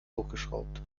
hochgeschraubt